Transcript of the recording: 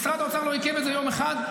משרד האוצר לא עיכב את זה יום אחד.